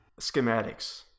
Schematics